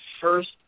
first